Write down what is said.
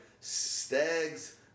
stags